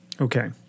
Okay